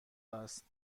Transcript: است